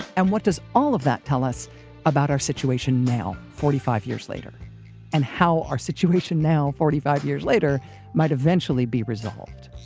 and what does all that tell us about our situation now forty five years later and how our situation now forty five years later might eventually be resolved?